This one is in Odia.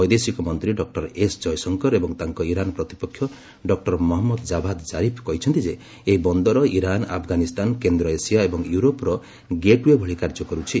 ବୈଦେଶିକ ମନ୍ତ୍ରୀ ଡକ୍ଟର ଏସ୍ ଜୟଶଙ୍କର ଏବଂ ତାଙ୍କ ଇରାନ୍ ପ୍ରତିପକ୍ଷ ଡକ୍ର ମହମ୍ମଦ ଜାଭାଦ କାରିଫ୍ କହିଛନ୍ତି ଯେ ଏହି ବନ୍ଦର ଇରାନ୍ ଆଫଗାନିସ୍ତାନ କେନ୍ଦ୍ର ଏସିଆ ଏବଂ ୟୁରୋପର ଗେଟ୍ୱେ ଭଳି କାର୍ଯ୍ୟ କରୁଛି